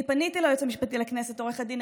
אני פניתי ליועץ המשפטי לכנסת עו"ד איל